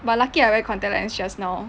but lucky I wear contact lens just now